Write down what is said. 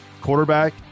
quarterback